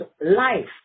life